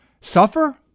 Suffer